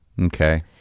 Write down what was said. Okay